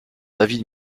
david